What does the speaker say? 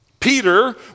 Peter